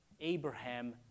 Abraham